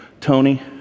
Tony